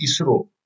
ISRO